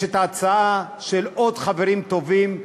ויש הצעה של עוד חברים טובים,